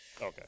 Okay